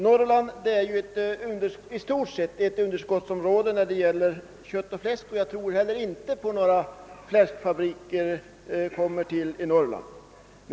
Norrland är ju i stort sett ett underskottsområde när det gäller kött och fläsk, och jag tror inte heller att några fläskfabriker kommer att förläggas till Norrland.